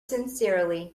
sincerely